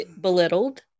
belittled